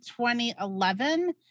2011